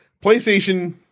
PlayStation